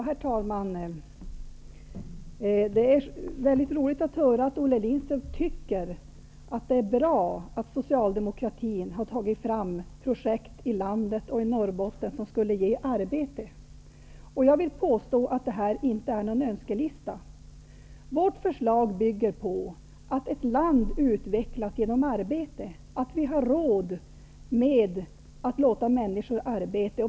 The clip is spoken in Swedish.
Herr talman! Det är roligt att höra att Olle Lindström tycker att det är bra att socialdemokratin har tagit fram projekt som skulle ge arbeten i landet och i Norrbotten. Jag vill påstå att det inte är någon önskelista. Vårt förslag bygger på att ett land utvecklas genom arbete, att vi har råd att låta människor arbeta.